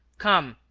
come,